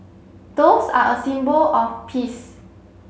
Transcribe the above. doves are a symbol of peace